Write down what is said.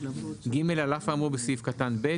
(ג) על אף האמור בסעיף קטן (ב),